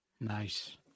Nice